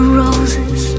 roses